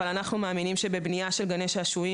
אבל בבנייה של גני שעשועים,